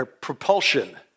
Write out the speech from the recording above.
propulsion